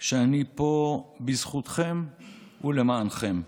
שאני פה בזכותכם ולמענכם.